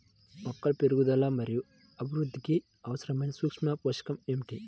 మొక్కల పెరుగుదల మరియు అభివృద్ధికి అవసరమైన సూక్ష్మ పోషకం ఏమిటి?